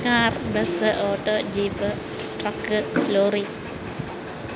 car bus auto jeep truck lorry